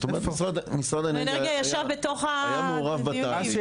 כלומר משרד האנרגיה היה מעורב בתהליך.